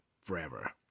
forever